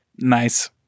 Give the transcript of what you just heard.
Nice